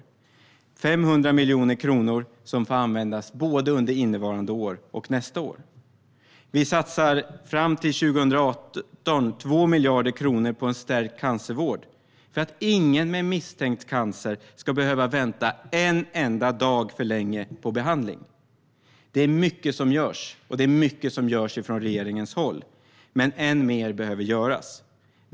Det handlar om 500 miljoner kronor som får användas både under innevarande år och nästa år. Fram till 2018 satsar vi 2 miljarder kronor på en stärkt cancervård för att ingen med misstänkt cancer ska behöva vänta en enda dag för länge på behandling. Det är mycket som görs, och det är mycket som görs från regeringens håll, men än mer behöver göras.